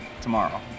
tomorrow